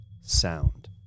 sound